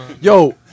Yo